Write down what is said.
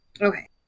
Okay